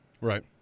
Right